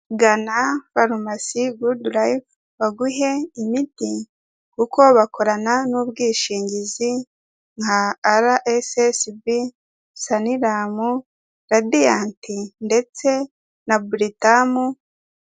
Gana farumasi Goodlife baguhe imiti, kuko bakorana n'ubwishingizi nka RSSB, Sanlam, Radiant ndetse na Britam.